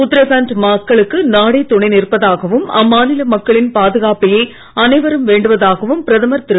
உத்தராகண்ட் மக்களுக்கு நாடே துணை நிற்பதாகவும் அம்மாநில மக்களின் பாதுகாப்பையே அனைவரும் வேண்டுவதாகவும் பிரதமர் திரு